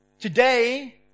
today